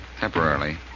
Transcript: Temporarily